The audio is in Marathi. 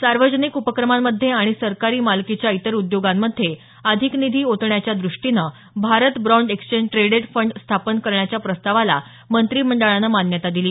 सार्वजनिक उपक्रमांमध्ये आणि सरकारी मालकीच्या इतर उद्योगांमधे अधिक निधी ओतण्याच्या दृष्टीनं Bharat bond exchange traded fund स्थापन करण्याच्या प्रस्तावाला मंत्रिमंडळानं मान्यता दिली